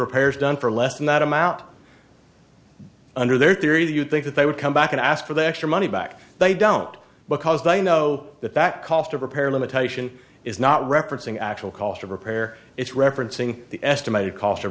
repairs done for less than that amount under their theory that you think that they would come back and ask for the extra money back they don't because they know that that cost of repair limitation is not referencing actual cost of repair it's referencing the estimated cost